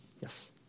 Yes